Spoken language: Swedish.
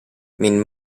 min